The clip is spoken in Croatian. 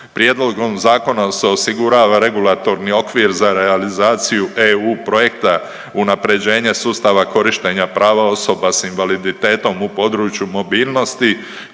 Prijedlogom zakona se osigurava regulatorni okvir za realizaciju EU projekta unapređenje sustava korištenja prava osoba s invaliditetom u području mobilnosti